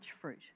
fruit